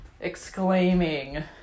exclaiming